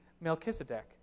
Melchizedek